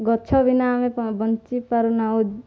ଗଛ ବିନା ଆମେ ବଞ୍ଚି ପାରୁ ନାହୁଁ